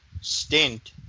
stint